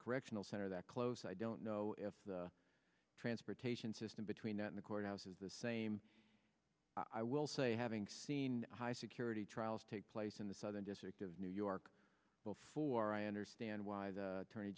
correctional center that close i don't know if the transportation system between that and courthouse is the same i will say having seen high security trials take place in the southern district of new york before i understand why the attorney